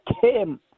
came